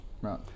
right